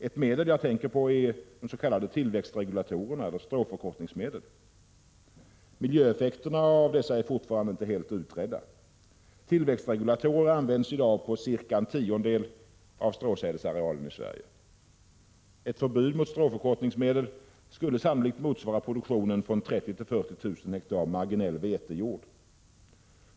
Ett medel jag tänker på är s.k. tillväxtregulatorer eller stråförkortningsmedel. Miljöeffekterna av dessa är fortfarande inte helt utredda. Tillväxtregulatorer används i dag på ca en tiondel av stråsädsarealen i Sverige. Ett förbud mot stråförkortningsmedel skulle sannolikt motsvara produktionen från 30 000-40 000 hektar marginell vetejord.